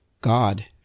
God